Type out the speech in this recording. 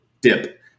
dip